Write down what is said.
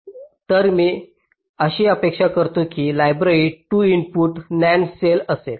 तर मी अशी अपेक्षा करतो की लायब्ररीत 2 इनपुट NAND सेल असेल